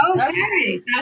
Okay